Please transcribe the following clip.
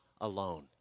alone